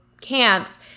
camps